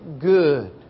good